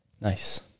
Nice